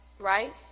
right